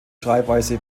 schreibweise